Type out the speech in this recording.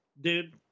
dude